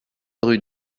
rue